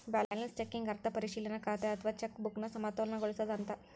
balance checking ಅರ್ಥ ಪರಿಶೇಲನಾ ಖಾತೆ ಅಥವಾ ಚೆಕ್ ಬುಕ್ನ ಸಮತೋಲನಗೊಳಿಸೋದು ಅಂತ